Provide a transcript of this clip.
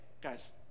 guys